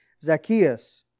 Zacchaeus